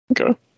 Okay